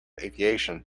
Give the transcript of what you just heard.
aviation